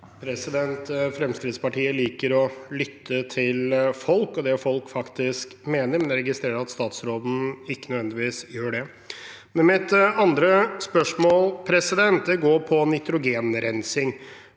Fremskrittspartiet liker å lytte til folk og det folk faktisk mener, men jeg registrerer at statsråden ikke nødvendigvis gjør det. Mitt andre spørsmål går på nitrogenrensing,